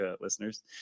listeners